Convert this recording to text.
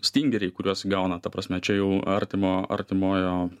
stingeriai kuriuos gauna ta prasme čia jau artimo artimojo